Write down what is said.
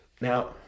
Now